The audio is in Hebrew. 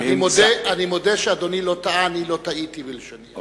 אני מודה שאדוני לא טעה, אני לא טעיתי בלשוני.